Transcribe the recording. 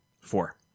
Four